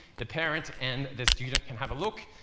the parent and the student can have a look.